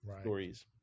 stories